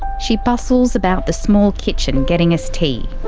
she bustles about the small kitchen getting us tea.